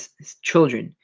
children